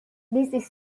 this